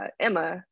Emma